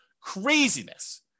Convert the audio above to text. Craziness